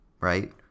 right